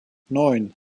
neun